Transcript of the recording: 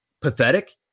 pathetic